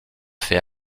fait